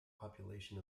population